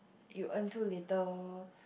you earn too little